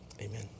Amen